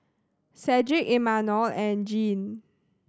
Cedric Imanol and Jean